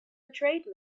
betrayed